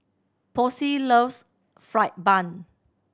Posey loves fried bun